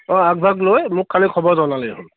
অঁ আগ ভাগ লৈ মোক খালি খবৰ জনালেই হ'ল